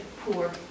poor